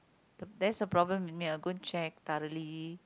that's the problem with me I will go and check thoroughly